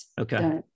Okay